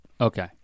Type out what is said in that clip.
Okay